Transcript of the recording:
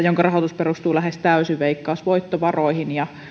jonka rahoitus perustuu lähes täysin veikkausvoittovaroihin ja